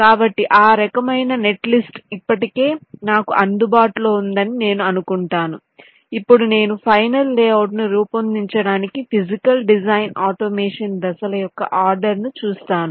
కాబట్టి ఆ రకమైన నెట్లిస్ట్ ఇప్పటికే నాకు అందుబాటులో ఉందని నేను అనుకుంటాను ఇప్పుడు నేను ఫైనల్ లేఅవుట్ను రూపొందించడానికి ఫిజికల్ డిజైన్ ఆటోమేషన్ దశల యొక్క ఆర్డర్ ను చూస్తాను